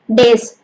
days